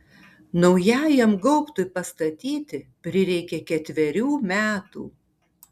naujajam gaubtui pastatyti prireikė ketverių metų